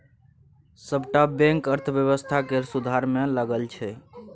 सबटा बैंक अर्थव्यवस्था केर सुधार मे लगल छै